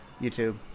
YouTube